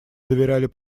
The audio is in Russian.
доверяли